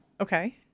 Okay